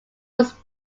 was